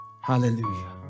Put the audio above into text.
Hallelujah